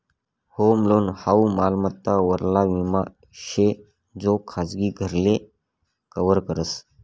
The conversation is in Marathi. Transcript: होम लोन हाऊ मालमत्ता वरला विमा शे जो खाजगी घरले कव्हर करस